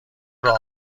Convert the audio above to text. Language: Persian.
راه